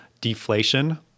deflation